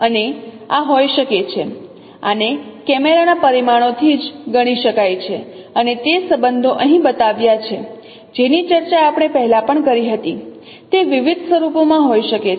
અને આ હોઈ શકે છે આને કેમેરા ના પરિમાણોથી જ ગણી શકાય છે અને તે સંબંધો અહીં બતાવ્યા છે જેની ચર્ચા આપણે પહેલાં પણ કરી હતી તે વિવિધ સ્વરૂપોમાં હોઈ શકે છે